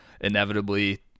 inevitably